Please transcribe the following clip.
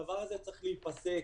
הדבר הזה צריך להיפסק.